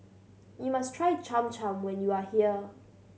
you must try Cham Cham when you are here